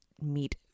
meet